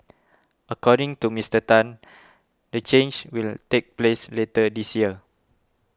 according to Mister Tan the change will take place later this year